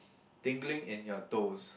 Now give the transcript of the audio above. tingling in your toes